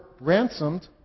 ransomed